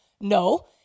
No